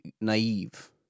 naive